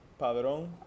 Padrón